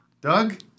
Doug